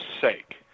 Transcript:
sake